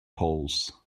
poles